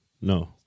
No